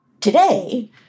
Today